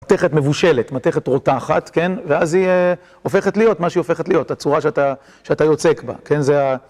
מתכת מבושלת, מתכת רותחת, כן? ואז היא הופכת להיות מה שהיא הופכת להיות, הצורה שאתה יוצק בה, כן? זה ה...